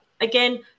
Again